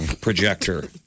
projector